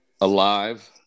alive